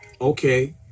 Okay